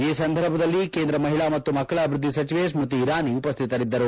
ಈ ಸಂದರ್ಭದಲ್ಲಿ ಕೇಂದ್ರ ಮಹಿಳಾ ಮತ್ತು ಮಕ್ಕಳ ಅಭಿವೃದ್ದಿ ಸಚಿವೆ ಸ್ಮೃತಿ ಇರಾನಿ ಉಪಸ್ಥಿತರಿದ್ದರು